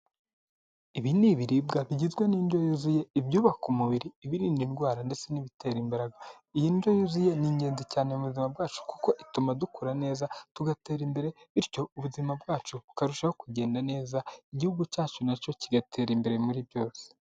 Ibi ni ibiribwa bigizwe n'indyo yuzuye, ibyubaka umubiri, ibirinda indwara ndetse n'ibitera imbaraga, iyi ndyo yuzuye ni ingenzi cyane mu buzima bwacu kuko ituma dukura neza tugatera imbere bityo ubuzima bwacu bukarushaho kugenda neza, igihugu cyacu nacyo kigatera imbere muri byose.